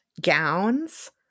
Gowns